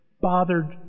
bothered